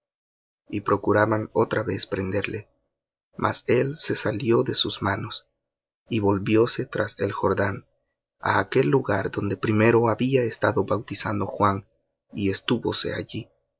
y procuraban otra vez prenderle mas él se salió de sus manos y volvióse tras el jordán á aquel lugar donde primero había estado bautizando juan y estúvose allí